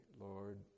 Lord